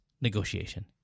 Negotiation